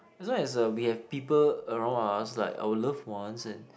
as long as uh we have people around us like our loved ones and